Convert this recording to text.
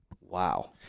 wow